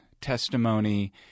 testimony